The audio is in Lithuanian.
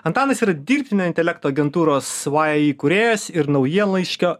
antanas yra dirbtinio intelekto agentūros vai įkūrėjas ir naujienlaiškio